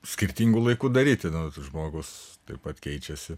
skirtingu laiku daryti na vat žmogus taip pat keičiasi